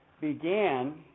began